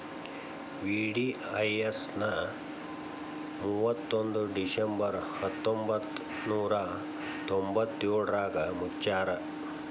VDIS ನ ಮುವತ್ತೊಂದ್ December ಹತ್ತೊಂಬತ್ ನೂರಾ ತೊಂಬತ್ತಯೋಳ್ರಾಗ ಮುಚ್ಚ್ಯಾರ